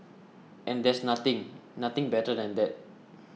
and there's nothing nothing better than that